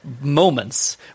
moments